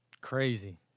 Crazy